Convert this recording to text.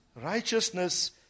righteousness